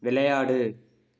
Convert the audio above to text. விளையாடு